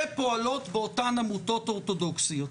שפועלות באותן עמותות אורתודוכסיות.